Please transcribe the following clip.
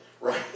right